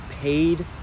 paid